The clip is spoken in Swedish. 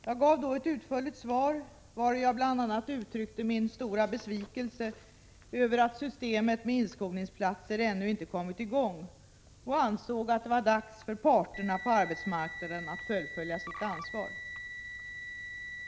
Jag gav då ett utförligt svar vari jag bl.a. uttryckte min stora besvikelse över att systemet med inskolningsplatser ännu inte kommit i gång och ansåg att det var dags för parterna på arbetsmarknaden att fullfölja sitt ansvar.